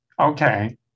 Okay